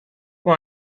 com